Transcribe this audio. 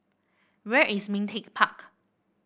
where is Ming Teck Park